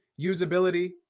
usability